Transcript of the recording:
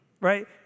Right